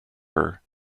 her